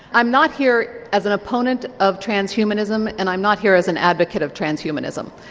i'm not here as an opponent of transhumanism and i'm not here as an advocate of transhumanism.